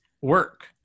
work